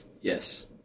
Yes